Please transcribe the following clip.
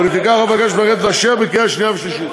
ולפיכך אבקש מהכנסת לאשרה בקריאה השנייה והשלישית.